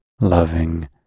loving